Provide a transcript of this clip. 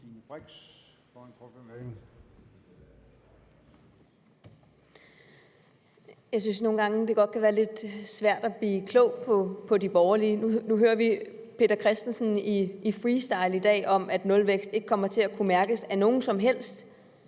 Jeg synes, at det nogle gange godt kan være lidt svært at blive klog på de borgerlige. Nu hører vi hr. Peter Christensen i freestyle i dag tale om, at nulvækst ikke kommer til at kunne mærkes af nogen som helst,